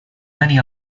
many